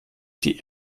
die